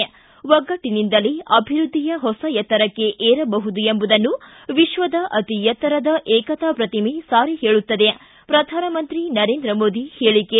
ಿ ಒಗ್ಗಟ್ಟನಿಂದಲೇ ಅಭಿವೃದ್ಧಿಯ ಹೊಸ ಎತ್ತರಕ್ಕೆ ಏರಬಹುದು ಎಂಬುದನ್ನು ವಿಶ್ವದ ಅತೀ ಎತ್ತರದ ಏಕತಾ ಪ್ರತಿಮೆ ಸಾರಿ ಹೇಳುತ್ತದೆ ಪ್ರಧಾನಮಂತ್ರಿ ನರೇಂದ್ರ ಮೋದಿ ಹೇಳಿಕೆ